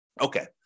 Okay